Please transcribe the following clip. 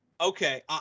Okay